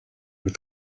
with